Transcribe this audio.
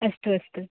अस्तु अस्तु